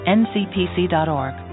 ncpc.org